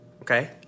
Okay